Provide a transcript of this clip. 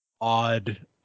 odd